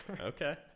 Okay